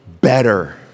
better